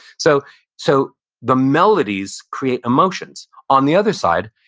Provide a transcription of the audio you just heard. so so the melodies create emotions on the other side,